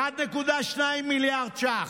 1.2 מיליארד ש"ח.